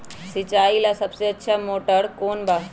सिंचाई ला सबसे अच्छा मोटर कौन बा?